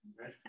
Right